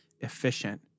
Efficient